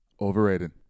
Overrated